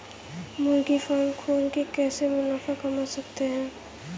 मुर्गी फार्म खोल के कैसे मुनाफा कमा सकते हैं?